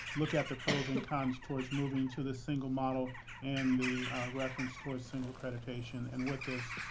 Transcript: look at the pros and cons towards moving to the single model and the reference towards single accreditation, and with this,